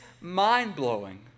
mind-blowing